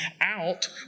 out